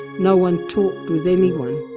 no one talked with anyone